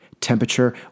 Temperature